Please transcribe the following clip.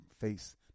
face